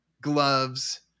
gloves